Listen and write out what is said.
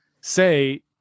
say